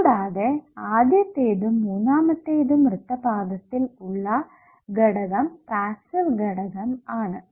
കൂടാതെ ആദ്യത്തേതും മൂന്നാമതേത്തും വൃത്തപാദത്തിൽ ഉള്ള ഘടകം പാസ്സീവ് ഘടകം ആണ്